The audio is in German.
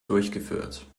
durchgeführt